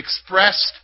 expressed